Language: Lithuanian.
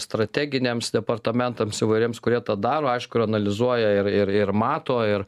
strateginiams departamentams įvairiems kurie tą daro aišku ir analizuoja ir ir ir mato ir